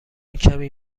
کمی